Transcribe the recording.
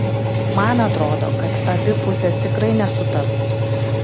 man atrodo kad abi pusės tikrai nesutars